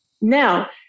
Now